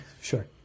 Sure